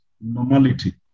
normality